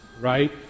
right